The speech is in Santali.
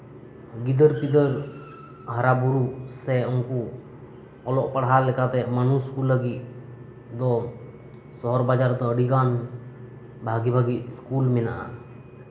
ᱜᱤᱫᱟᱹᱨᱼᱯᱤᱫᱟᱹᱨ ᱦᱟᱨᱟᱵᱩᱨᱩ ᱥᱮ ᱩᱱᱠᱩ ᱚᱞᱚᱜ ᱯᱟᱲᱦᱟᱣ ᱞᱮᱠᱟᱛᱮ ᱢᱟᱱᱩᱥ ᱠᱚ ᱞᱟᱹᱜᱤᱫ ᱥᱚᱦᱚᱨ ᱵᱟᱡᱟᱨ ᱫᱚ ᱟᱹᱰᱤᱜᱟᱱ ᱵᱷᱟᱜᱮᱹ ᱵᱷᱟᱜᱮᱹ ᱥᱠᱩᱞ ᱢᱮᱱᱟᱜᱼᱟ